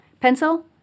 pencil